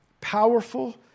Powerful